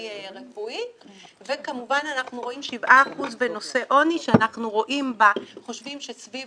רפואי וכמובן אנחנו רואים 7% בנושא עוני כשאנחנו חושבים שסביב